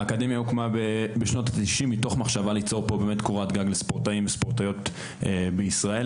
האקדמיה הוקמה מתוך מחשבה ליצור קורת גג לספורטאים וספורטאיות בישראל.